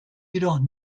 jedoch